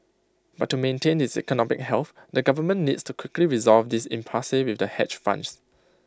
but to maintain its economic health the government needs to quickly resolve this impasse with the hedge funds